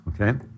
Okay